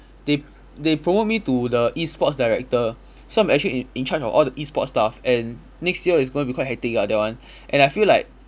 they they promote me to the E sports director so I'm actually in in charge of all the E sports stuff and next year is going to be quite hectic ah that one and I feel like